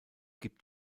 gibt